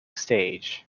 stage